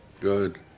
Good